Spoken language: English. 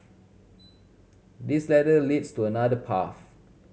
this ladder leads to another path